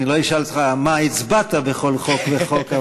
אני לא אשאל אותך מה הצבעת בכל חוק וחוק,